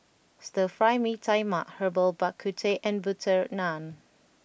Stir Fry Mee Tai Mak Herbal Bak Ku Teh and Butter Naan